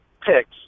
picks